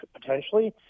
potentially